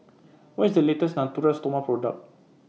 What IS The latest Natura Stoma Product